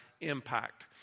impact